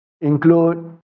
include